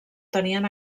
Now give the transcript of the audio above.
tenien